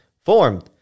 formed